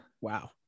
Wow